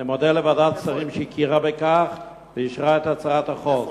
אני מודה לוועדת השרים שהכירה בכך ואישרה את הצעת החוק.